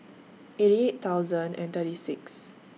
eighty eight thousand and thirty six